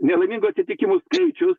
nelaimingų atsitikimų skaičius